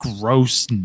gross